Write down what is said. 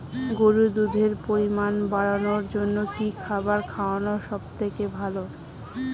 গরুর দুধের পরিমাণ বাড়ানোর জন্য কি খাবার খাওয়ানো সবথেকে ভালো?